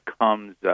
comes